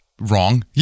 wrong